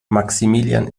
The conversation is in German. maximilian